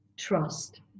trust